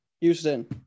Houston